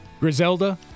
grizelda